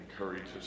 encourages